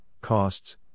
costs